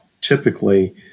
typically